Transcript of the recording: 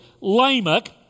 Lamech